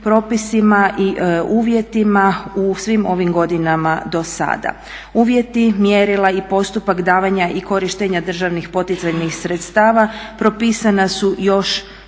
propisima i uvjetima u svim ovim godinama do sada. Uvjeti, mjerila i postupak davanja i korištenja državnih poticajnih sredstava propisana su jošte